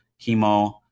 chemo